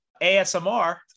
ASMR